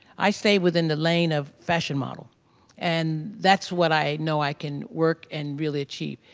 i stay within the lane of fashion model and that's what i know i can work and really achieve.